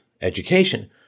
education